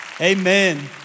Amen